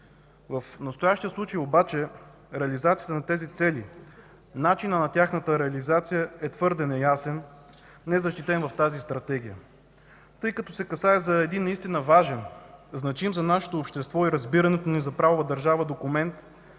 В настоящия случай обаче начинът на реализацията на тези цели е твърде неясен, незащитен в Стратегията. Тъй като се касае за един наистина важен, значим за нашето общество и разбирането ни за правова държава документ,